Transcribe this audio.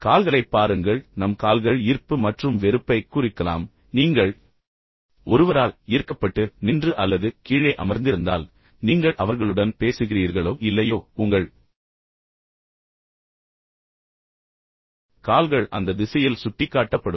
கால்களைப் பாருங்கள் இப்போது நம் கால்கள் ஈர்ப்பு மற்றும் வெறுப்பைக் குறிக்கலாம் எனவே நீங்கள் ஒருவரால் ஈர்க்கப்பட்டு நின்று அல்லது கீழே அமர்ந்திருந்தால் நீங்கள் அவர்களுடன் பேசுகிறீர்களோ இல்லையோ உங்கள் கால்கள் அந்த திசையில் சுட்டிக்காட்டப்படும்